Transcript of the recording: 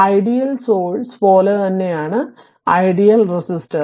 ideal sources പോലെ തന്നെയാണ് ideal resistor